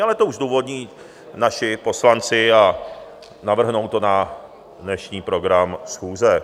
Ale to už zdůvodní naši poslanci a navrhnou to na dnešní program schůze.